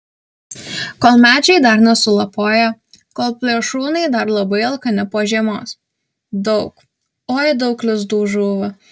kol medžiai dar nesulapoję kol plėšrūnai dar labai alkani po žiemos daug oi daug lizdų žūva